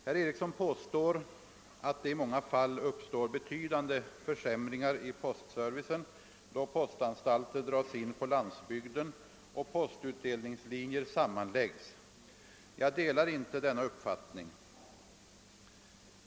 Herr Eriksson påstår att det i många fall uppstår betydande försämringar i postservicen, .då postanstalter dras in på landsbygden och postutdelningslinjer sammanläggs. Jag delar inte denna uppfattning.